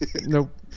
Nope